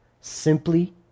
simply